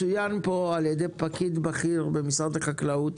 צוין פה על ידי פקיד בכיר במשרד החקלאות